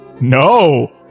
No